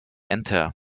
enter